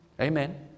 amen